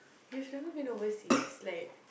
you've never been overseas like